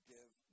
Give